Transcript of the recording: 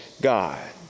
God